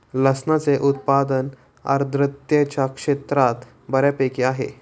लसणाचे उत्पादन आर्द्रतेच्या क्षेत्रात बऱ्यापैकी आहे